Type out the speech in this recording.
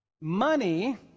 Money